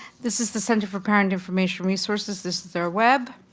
this is the center for parent information resources. this is their web.